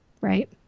right